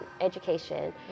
education